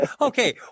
Okay